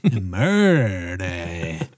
murder